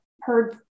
heard